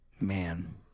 Man